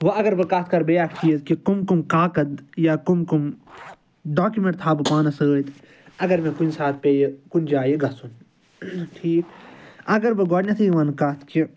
وٕ اَگر بہٕ کَتھ کَرٕ بیاکھ چیٖز کہ کٔم کٔم کاکَد یا کٔم کٔم ڈاکِمیٚنٹ تھاوٕ بہٕ پانَس سۭتۍ اَگر مےٚ کُنہِ ساتہٕ پیٚیہِ کُنہِ جایہِ گژھُن ٹھیٖک اَگر بہٕ گۄڈٕنٮ۪تھٕے وَنہٕ کَتھ کہ